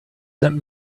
sent